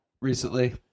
recently